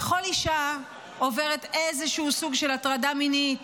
וכל אישה עוברת איזשהו סוג של הטרדה מינית